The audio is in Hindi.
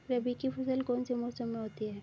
रबी की फसल कौन से मौसम में होती है?